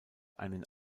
einen